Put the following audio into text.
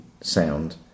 sound